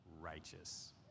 righteous